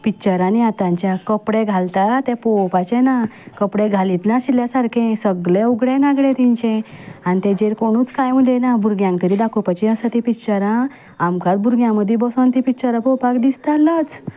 पिच्चरांनी आतांच्या कपडे घालता ते पळोपाचे ना कपडे घालीच नाशिल्ल्या सारके सगलें उगडें नागडें तांचें आनी तेजेर कोणूच कांय उलयना भुरग्यांक तरी दाखोपाचीं आसा तीं पिच्चरां आमकांच भुरग्यां मदीं बसूंक तीं पिच्चरां पळोवपाक दिसता लज